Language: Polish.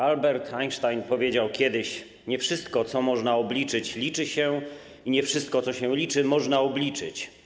Albert Einstein powiedział kiedyś: Nie wszystko, co można obliczyć, liczy się i nie wszystko, co się liczy, można obliczyć.